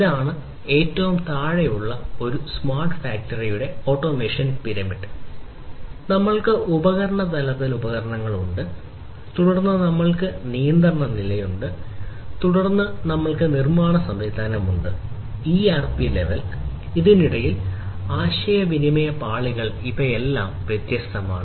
ഇതാണ് ഏറ്റവും താഴെയുള്ള ഒരു സ്മാർട്ട് ഫാക്ടറിയുടെ ഓട്ടോമേഷൻ പിരമിഡ് ഇതിനിടയിൽ ആശയവിനിമയ പാളികൾ ഇവയെല്ലാം വ്യത്യസ്തമാണ്